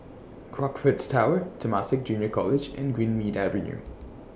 Crockfords Tower Temasek Junior College and Greenmead Avenue